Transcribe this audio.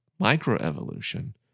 microevolution